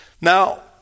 Now